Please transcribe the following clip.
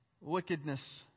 wickedness